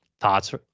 thoughts